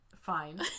Fine